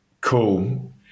cool